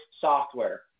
software